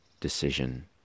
decision